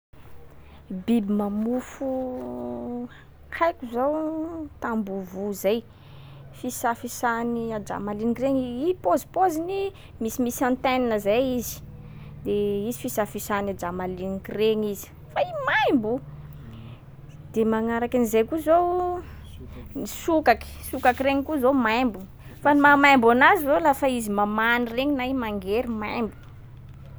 Biby mamofo haiko zao, tambovo zay. Fisafisahan'ny ajà maliniky regny i paozipaoziny, misimisy antenne zay izy. De izy fisafisahan'ny ajà maliniky regny izy, fa i maimbo! De magnaraky an’izay koa zao, ny sokaky. Sokaky regny koa zao maimbo, fa ny mahamaimbo anazy zao lafa izy mamagny regny na i mangery, maimbo.